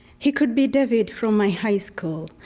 he could be david from my high school,